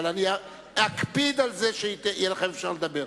אבל אני אקפיד על זה שתוכלו לדבר.